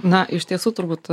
na iš tiesų turbūt